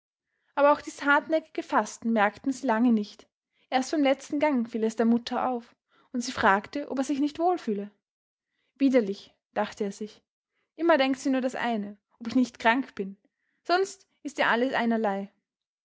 aber auch dies hartnäckige fasten merkten sie lange nicht erst beim letzten gang fiel es der mutter auf und sie fragte ob er sich nicht wohl fühle widerlich dachte er sich immer denkt sie nur das eine ob ich nicht krank bin sonst ist ihr alles einerlei